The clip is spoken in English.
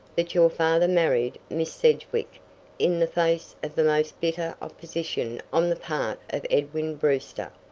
that your father married miss sedgwick in the face of the most bitter opposition on the part of edwin brewster.